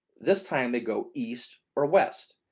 this time they go east or west.